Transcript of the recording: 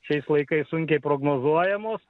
šiais laikais sunkiai prognozuojamos